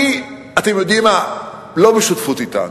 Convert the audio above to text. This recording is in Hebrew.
אתם יודעים מה, לא בשותפות אתנו,